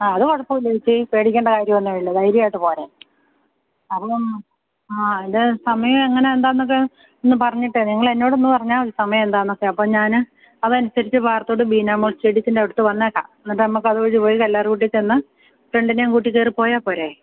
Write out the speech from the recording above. ആ അത് കുഴപ്പമില്ല ചേച്ചീ പേടിക്കേണ്ട കാര്യം ഒന്നുമില്ല ധൈര്യമായിട്ട് പോരെ അവിടം ആ അതിന്റെ സമയം എങ്ങനെയാണ് എന്താണെന്നൊക്കെ ഒന്നു പറഞ്ഞിട്ടേ നിങ്ങളെന്നോടൊന്നു പറഞ്ഞാല് മതി സമയം എന്താണെന്നൊക്കെ അപ്പോള് ഞാന് അതനുസരിച്ചു പാറത്തോട് ബീനാമ ചേടത്തീന്റെ അടുത്തു വന്നേക്കാം എന്നിട്ട് നമുക്ക് അതുവഴി പോയി കല്ലാറുകുട്ടിയില് ചെന്ന് ഫ്രണ്ടിനെയും കൂട്ടി കയറിപ്പോയാല്പ്പോരേ